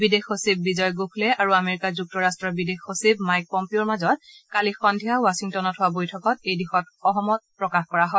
বিদেশ সচিব বিজয় গোখলে আৰু আমেৰিকা যুক্তৰাট্টৰ বিদেশ সচিব মাইক পম্পিঅ'ৰ মাজত কালি সদ্ধিয়া ৱাশ্বিংটনত হোৱা বৈঠকত এই দিশত সহমত প্ৰকাশ কৰা হয়